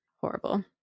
Horrible